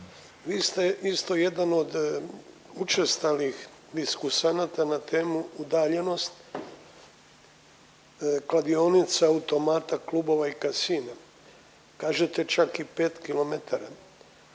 Vi ste isto jedan od učestalih diskusanata na temu udaljenost kladionica, automata, klubova i casina. Kažete čak i 5 km.